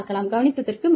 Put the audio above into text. கவனித்ததற்கு மிக்க நன்றி